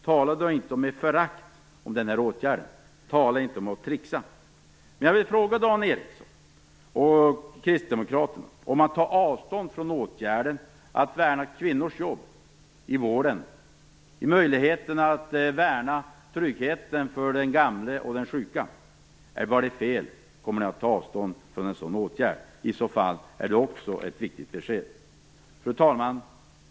Tala då inte med förakt om den åtgärden! Tala inte om att tricksa! Jag vill fråga Dan Ericsson och Kristdemokraterna om de tar avstånd från åtgärden att värna kvinnors jobb i vården, från möjligheterna att värna tryggheten för den gamle och den sjuka. Var det fel? Tar ni avstånd från en sådan åtgärd? I så fall är det också ett viktigt besked. Fru talman!